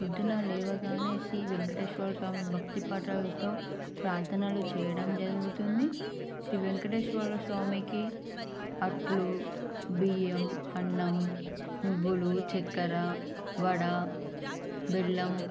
పొద్దున లేవగానే శ్రీ వేంకటేశ్వర స్వామి భక్తి పాటలతో ప్రార్థనలు చేయడం జరుగుతుంది శ్రీ వేంకటేశ్వర స్వామికి అట్లు బియ్యం అన్నం నువ్వులు చక్కెర వడ బెల్లం